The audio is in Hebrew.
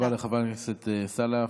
תודה רבה לחברת הכנסת סאלח.